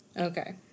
Okay